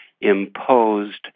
imposed